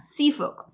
Seafolk